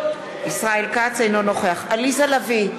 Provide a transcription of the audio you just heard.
אינו נוכח עליזה לביא,